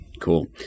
Cool